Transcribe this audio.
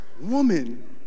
Woman